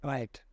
Right